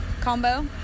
combo